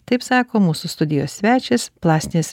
taip sako mūsų studijos svečias plastinės